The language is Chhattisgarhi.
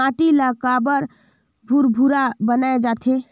माटी ला काबर भुरभुरा बनाय जाथे?